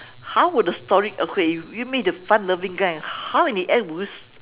how would the story okay give me the fun loving guy how in end would you